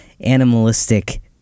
animalistic